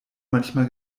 manchmal